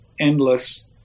endless